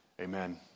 Amen